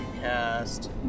cast